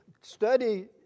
study